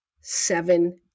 seven